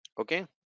Okay